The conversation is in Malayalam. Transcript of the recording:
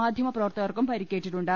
മാധ്യമപ്രവർത്തകർക്കും പരിക്കേറ്റിട്ടുണ്ട്